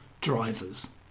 drivers